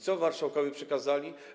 Co marszałkowie przekazali?